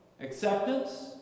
Acceptance